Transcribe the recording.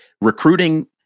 Recruiting